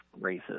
racist